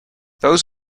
those